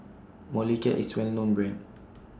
Molicare IS Well known Brand